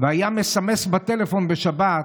והיה מסמס בטלפון בשבת,